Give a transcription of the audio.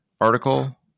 article